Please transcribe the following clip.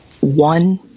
one